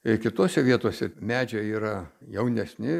ir kitose vietose medžiai yra jaunesni